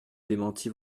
démenti